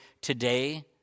today